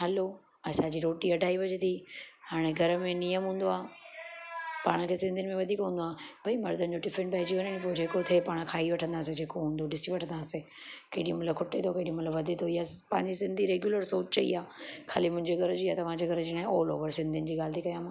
हलो असांजी रोटी अढाई ॿजे थी हाणे घर में नियम हूंदो आहे पाण खे सिंधियुनि में वधीक हूंदो आहे भई मर्दनि जो टिफिन पइजी वञे पोइ जेको पियो थिए खाई वठंदासीं जेको हूंदो ॾिसी वठंदासीं केॾी महिल खुटे थो केॾी महिल वधे थो या पंहिंजी सिंधी रेगुलर सोच ई आहे खाली मुंहिंजे घर जी तव्हां जे घर जी न ऑल ओवर सिंधियुनि जी ॻाल्हि थी कयां मां